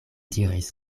diris